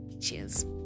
Cheers